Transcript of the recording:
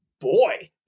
boy